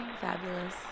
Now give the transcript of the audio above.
fabulous